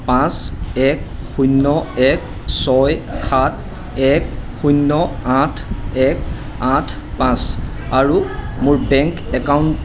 পাঁচ এক শূন্য এক ছয় সাত এক শূন্য আঠ এক আঠ পাঁচ আৰু মোৰ বেংক একাউণ্ট